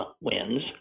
wins